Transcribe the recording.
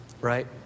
Right